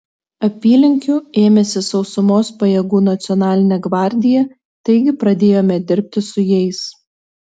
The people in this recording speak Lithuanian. apylinkių ėmėsi sausumos pajėgų nacionalinė gvardija taigi pradėjome dirbti su jais